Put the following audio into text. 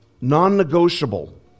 non-negotiable